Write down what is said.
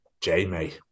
Jamie